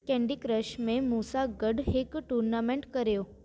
candy Crush में मूंसां गॾु हिकु टूर्नामेंट करियो